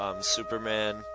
Superman